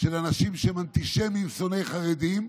של אנשים שהם אנטישמים, שונאי חרדים,